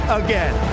again